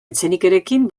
etxenikerekin